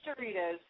Doritos